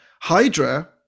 Hydra